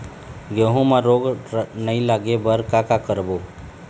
गेहूं म रोग नई लागे बर का का करबो?